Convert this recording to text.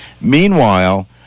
Meanwhile